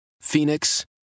Phoenix